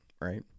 right